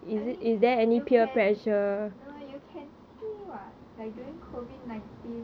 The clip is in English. I mean you can no you can see what like during COVID nineteen